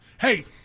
Hey